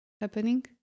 happening